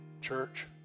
Church